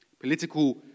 Political